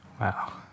Wow